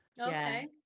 Okay